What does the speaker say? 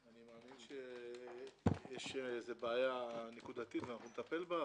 אני מאמין שיש בעיה נקודתית ונטפל בה,